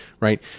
right